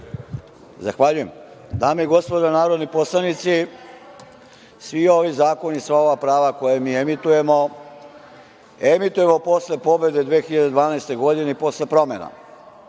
Zahvaljujem. Dame i gospodo narodni poslanici, svi ovi zakoni, sva ova prava koja mi emitujemo, emitujemo posle pobede 2012. godine, posle promena. Ima